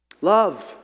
Love